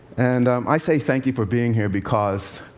and i say thank you for being here because